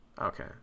Okay